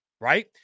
right